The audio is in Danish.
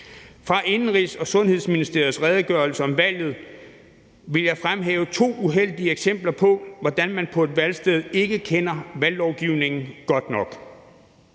Fra Indenrigs- og Sundhedsministeriets redegørelse om valget vil jeg fremhæve to uheldige eksempler på, hvordan man på et valgsted ikke kender valglovgivningen godt nok.